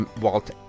Walt